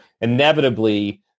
inevitably